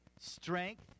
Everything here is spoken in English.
strength